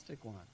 one